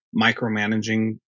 micromanaging